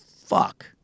fuck